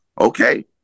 okay